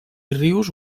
rius